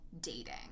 dating